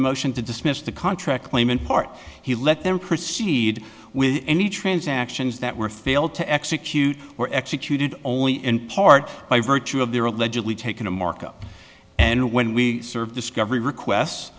the motion to dismiss the contract claim in part he let them proceed with any transactions that were failed to execute or executed only in part by virtue of their allegedly taken a markup and when we served discovery request